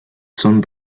son